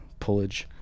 pullage